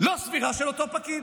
לא סבירה של אותו פקיד.